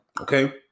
Okay